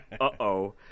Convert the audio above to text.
uh-oh